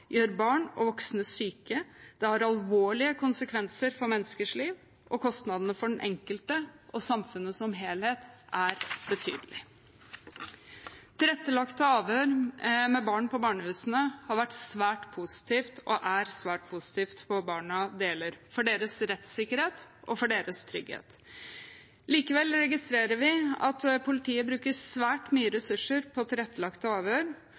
gjør barn og voksne syke, det har alvorlige konsekvenser for menneskers liv, og kostnadene for den enkelte og samfunnet som helhet er betydelige. Tilrettelagte avhør med barn på barnehusene har vært, og er, svært positivt for barna det gjelder, for deres rettssikkerhet og for deres trygghet. Likevel registrerer vi at politiet bruker svært mye ressurser på tilrettelagte